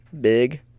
big